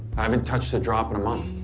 i haven't touched a drop in a month.